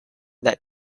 that